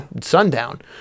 sundown